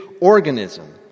organism